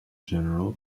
general